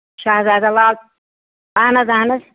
چھِ حظ اَہن حظ اَہن حظ